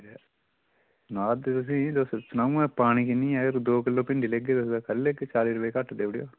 सना'रादे तुसें ई तुस सनाउ आं पानी किन्नी ऐ अगर दो किल्लो भिण्डी लैगे तां करी लैगे चाली रपेऽ घट्ट देई ओड़ेयो